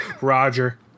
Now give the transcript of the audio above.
Roger